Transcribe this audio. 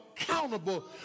accountable